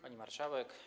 Pani Marszałek!